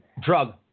drug